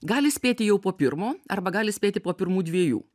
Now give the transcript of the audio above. gali spėti jau po pirmo arba gali spėti po pirmų dviejų